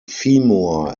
femur